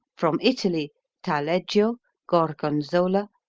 from italy taleggio, gorgonzola,